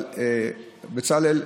אבל בצלאל,